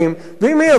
ואם מייבאים אותם,